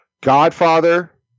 Godfather